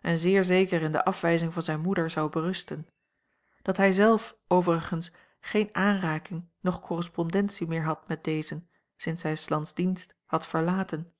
en zeer zeker in de afwijzing van zijne moeder zou berusten dat hij zelf overigens geene aanraking noch correspondentie meer had met dezen sinds hij s lands dienst had verlaten